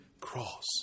cross